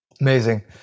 Amazing